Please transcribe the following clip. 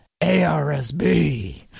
ARSB